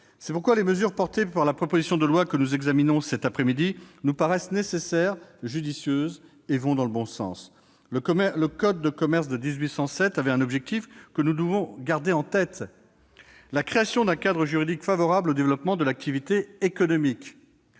C'est pourquoi les mesures inscrites dans la proposition de loi que nous examinons cet après-midi nous paraissent nécessaires et judicieuses ; elles vont dans le bon sens. Les concepteurs du code de commerce de 1807 avaient un objectif que nous devons garder en tête : la création d'un cadre juridique favorable au développement de l'activité économique.